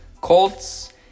Colts